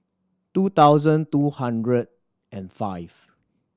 two thousand two hundred and five